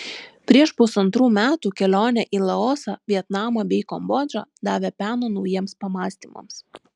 prieš pusantrų metų kelionė į laosą vietnamą bei kambodžą davė peno naujiems pamąstymams